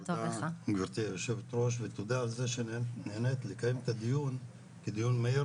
גברתי היושבת ראש ותודה על זה נענית לקיים את הדיון כדיון מהיר,